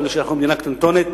אפילו שאנחנו מדינה קטנטונת.